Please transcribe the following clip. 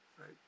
right